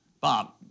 Bob